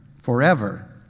forever